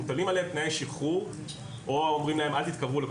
מוטלים עליהם תנאי שחרור או אומרים להם אל תתקרבו.